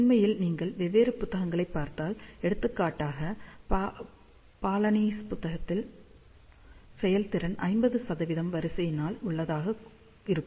உண்மையில் நீங்கள் வெவ்வேறு புத்தகங்களைப் பார்த்தால் எடுத்துக்காட்டாக பாலானிஸ் புத்தகத்தில் செயல்திறன் 50 வரிசையினல் உள்ளதாக இருக்கும்